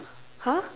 !huh!